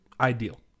ideal